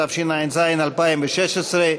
התשע"ז 2016,